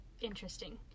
Interesting